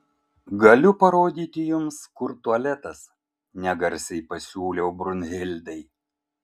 galiu parodyti jums kur tualetas negarsiai pasiūliau brunhildai